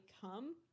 come